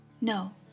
No